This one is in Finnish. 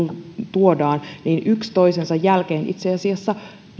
tuodaan yksi toisensa jälkeen itse asiassa